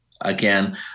again